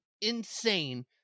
insane